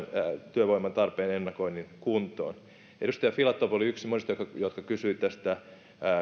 työvoiman tarpeen ennakoinnin kuntoon edustaja filatov oli yksi monista jotka kysyivät tästä